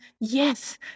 Yes